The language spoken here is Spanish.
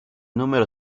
número